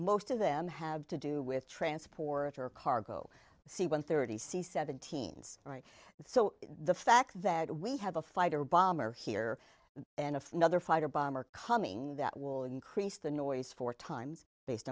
most of them have to do with transporter cargo c one thirty c seventeen right so the fact that we have a fighter bomber here and of another fighter bomber coming that will increase the noise four times based